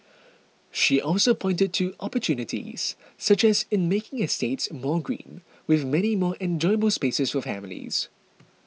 she also pointed to opportunities such as in making estates more green with many more enjoyable spaces for families